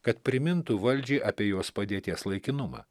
kad primintų valdžiai apie jos padėties laikinumą